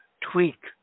tweak